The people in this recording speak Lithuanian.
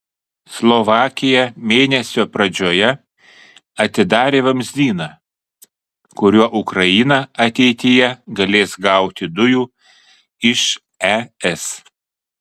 slovakija mėnesio pradžioje atidarė vamzdyną kuriuo ukraina ateityje galės gauti dujų iš es